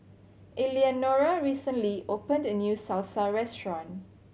Eleanora recently opened a new Salsa Restaurant